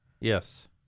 Yes